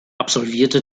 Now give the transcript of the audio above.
absolvierte